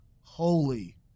holy